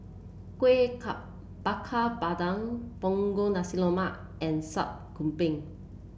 Kuih Bakar Pandan Punggol Nasi Lemak and Sup Kambing